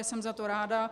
Jsem za to ráda.